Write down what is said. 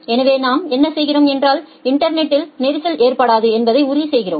எனவே நாம் என்ன செய்கிறோம் என்றாள் இன்டர்நெட்டில் நெரிசல் ஏற்படாது என்பதை உறுதிசெய்கிறோம்